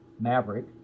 Maverick